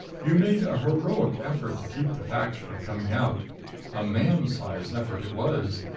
you made a heroic effort to keep the facts from coming out a man's-size effort it was.